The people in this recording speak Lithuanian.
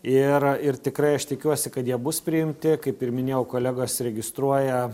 ir ir tikrai aš tikiuosi kad jie bus priimti kaip ir minėjau kolegos registruoja